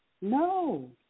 No